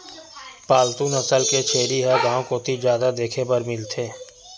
पालतू नसल के छेरी ह गांव कोती जादा देखे बर मिलथे